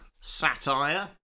Satire